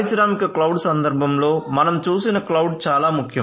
పారిశ్రామిక క్లౌడ్ సందర్భంలో మనం చూసిన క్లౌడ్ చాలా ముఖ్యం